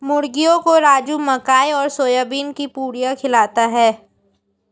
मुर्गियों को राजू मकई और सोयाबीन की पुड़िया खिलाता है